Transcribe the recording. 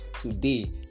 today